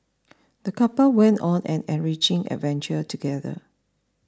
the couple went on an enriching adventure together